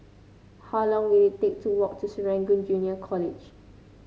how long will it take to walk to Serangoon Junior College